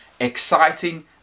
exciting